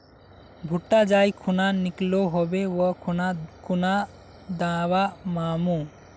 भुट्टा जाई खुना निकलो होबे वा खुना कुन दावा मार्मु?